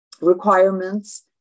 requirements